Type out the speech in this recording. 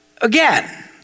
Again